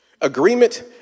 Agreement